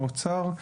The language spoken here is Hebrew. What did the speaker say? האוצר.